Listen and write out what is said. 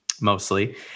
mostly